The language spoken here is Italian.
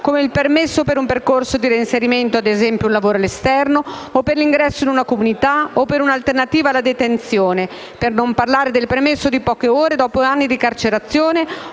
come il permesso per un percorso di reinserimento (ad esempio, un lavoro all'esterno), per l'ingresso in una comunità o per un'alternativa alla detenzione; per non parlare del permesso di poche ore dopo anni di carcerazione,